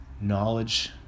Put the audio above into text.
knowledge